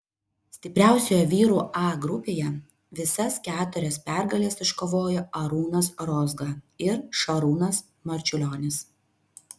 stipriausioje vyrų a grupėje visas keturias pergales iškovojo arūnas rozga ir šarūnas marčiulionis